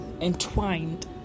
entwined